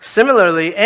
Similarly